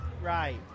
Right